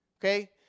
Okay